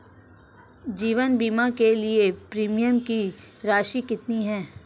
जीवन बीमा के लिए प्रीमियम की राशि कितनी है?